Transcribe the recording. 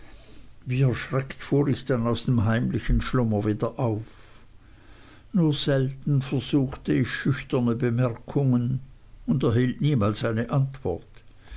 wie erschreckt fuhr ich dann aus dem heimlichen schlummer wieder auf nur selten versuchte ich schüchterne bemerkungen und erhielt niemals eine antwort